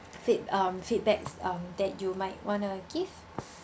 feed~ um feedbacks um that you might want to give